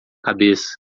cabeça